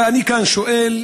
ואני כאן שואל: